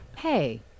Hey